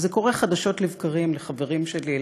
וזה קורה חדשות לבקרים לחברים שלי,